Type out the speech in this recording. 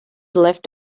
left